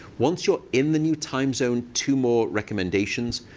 once you're in the new time zone, two more recommendations.